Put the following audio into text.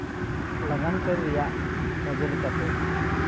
ᱞᱟᱜᱟᱱ ᱠᱟᱹᱨᱤ ᱨᱮᱭᱟᱜ ᱚᱡᱮ ᱞᱮᱠᱟᱛᱮ